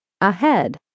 ahead